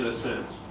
ah sense,